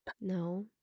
no